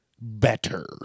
better